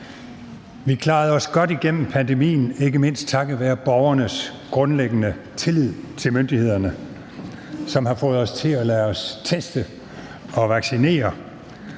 Vi klarede os godt igennem pandemien, ikke mindst takket være borgernes grundlæggende tillid til myndighederne, som har fået os til at lade os teste og vaccinere,